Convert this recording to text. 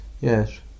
yes